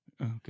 Okay